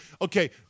okay